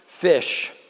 fish